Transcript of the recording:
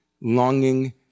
longing